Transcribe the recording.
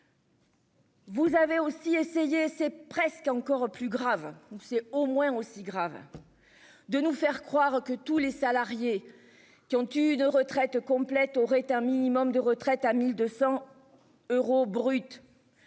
Vous avez aussi essayer c'est presque encore plus grave, c'est au moins aussi grave. De nous faire croire que tous les salariés qui ont eu de retraite complète aurait un minimum de retraite à 1200 euros brut.